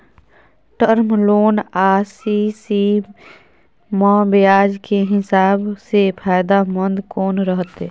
Term loan आ CC म ब्याज के हिसाब से फायदेमंद कोन रहते?